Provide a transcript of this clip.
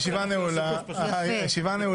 הרוויזיה התקבלה.